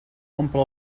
omple